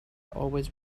always